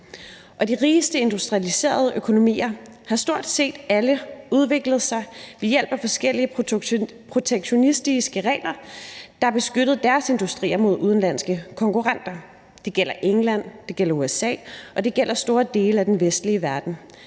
de rigeste industrialiserede økonomier har stort set alle udviklet sig ved hjælp af forskellige protektionistiske regler, der har beskyttet deres industrier mod udenlandske konkurrenter. Det gælder England, det gælder USA, og det gælder store dele af den vestlige verden.